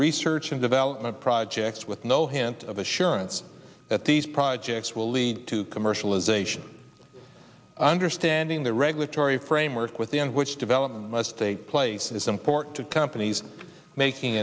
research and development projects with no hint of assurance that these projects will lead to commercialization understanding the regulatory framework within which development must take place it is important to companies making